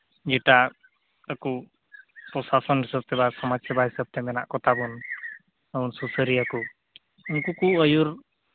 ᱡᱮᱴᱟ ᱟᱠᱚ ᱯᱨᱚᱥᱟᱥᱚᱱ ᱦᱤᱥᱟᱹᱵᱛᱮ ᱵᱟ ᱥᱚᱢᱟᱡᱽ ᱥᱮᱵᱟ ᱦᱤᱥᱟᱹᱵ ᱛᱮ ᱢᱮᱱᱟᱜ ᱠᱚᱛᱟᱵᱚᱱ ᱡᱮᱢᱚᱱ ᱥᱩᱥᱟᱹᱨᱤᱭᱟᱹ ᱠᱚ ᱩᱱᱠᱩ ᱠᱚ ᱟᱹᱭᱩᱨ